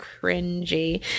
cringy